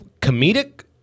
comedic